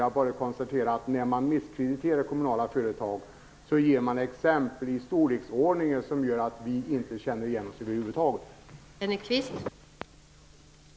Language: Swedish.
Jag bara konstaterar att när man misskrediterar kommunala företag ger man exempel i en storleksordning som gör att vi över huvud taget inte känner igen oss.